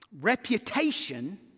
reputation